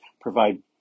provide